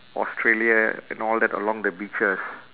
australia and all that along the beaches